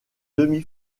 demi